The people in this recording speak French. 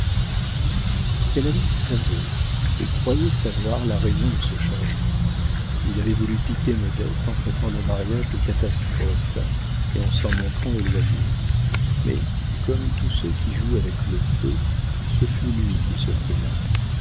canalis savait ou croyait savoir la raison de ce changement il avait voulu piquer modeste en traitant le mariage de catastrophe et en s'en montrant éloigné mais comme tous ceux qui jouent avec le feu ce fut lui qui se brûla